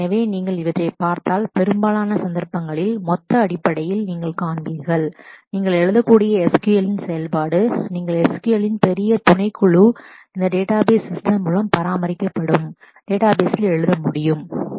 எனவே நீங்கள் இவற்றைப் பார்த்தால் பெரும்பாலான சந்தர்ப்பங்களில் கிராஸ் ஃபங்ஷனாலிட்டி அடிப்படையில் எழுதக்கூடிய SQL இன் வகை அவற்றை நீங்கள் எழுத முடியும் நீங்கள் SQL இன் பெரிய துணைக்குழு டேட்டாபேஸ் சிஸ்டம் மூலம் டேட்டாபேசில் எழுத முடியும் அவை இவற்றின் வழியாக